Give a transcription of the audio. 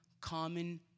common